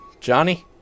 Johnny